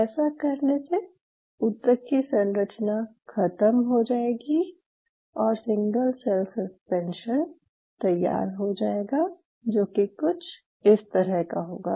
ऐसा करने से ऊतक की संरचना ख़त्म हो जाएगी और सिंगल सेल सस्पेंशन तैयार हो जाएगा जो कि कुछ इस तरह का होगा